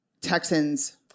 Texans